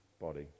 body